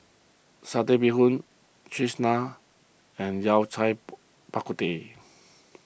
Satay Bee Hoon Cheese Naan and Yao Cai Bak Kut Teh